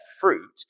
fruit